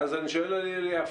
אז אני שואל על הלל יפה.